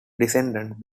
descendants